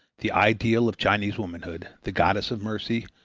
the ideal of chinese womanhood, the goddess of mercy,